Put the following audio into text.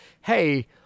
hey